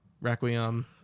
Requiem